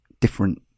different